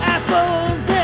Apples